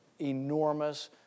enormous